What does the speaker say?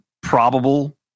probable